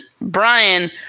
Brian